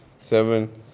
seven